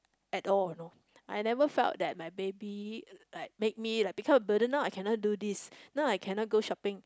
at all you know I never felt that my baby like make me become a burden now I cannot do this now I cannot go shopping